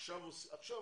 עכשיו,